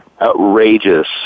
outrageous